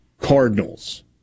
Cardinals